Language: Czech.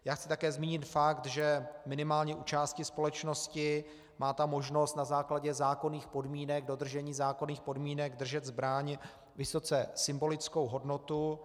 Já chci také zmínit fakt, že minimálně u části společnosti má ta možnost na základě zákonných podmínek, dodržení zákonných podmínek držet zbraň vysoce symbolickou hodnotu.